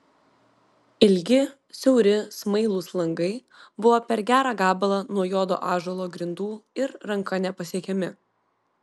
ilgi siauri smailūs langai buvo per gerą gabalą nuo juodo ąžuolo grindų ir ranka nepasiekiami